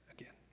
again